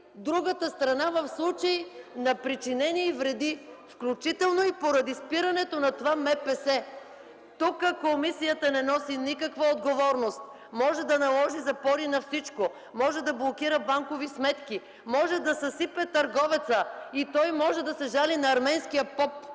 другата страна в случай на причинени й вреди, включително и поради спирането на това МПС. Тук комисията не носи никаква отговорност – може да наложи запори на всичко, може да блокира банкови сметки, може да съсипе търговеца и той може да се жали на арменския поп,